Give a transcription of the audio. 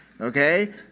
Okay